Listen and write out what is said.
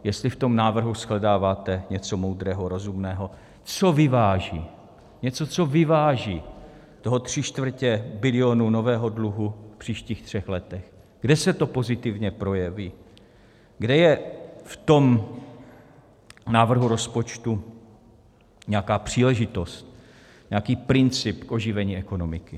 Jestli v tom návrhu shledáváte něco moudrého, rozumného, co vyváží, něco, co vyváží toho tři čtvrtě bilionu nového dluhu v příštích třech letech, kde se to pozitivně projeví, kde je v tom návrhu rozpočtu nějaká příležitost, nějaký princip oživení ekonomiky.